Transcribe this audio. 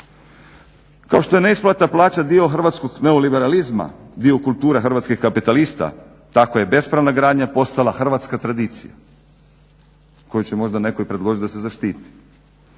Kao što je neisplata plaća dio Hrvatskog neoliberalizma, dio kulture hrvatskih kapitalista, tako je bespravna gradnja postala hrvatska tradicija koju će možda i netko predložiti da se zaštiti.